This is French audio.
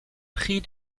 prix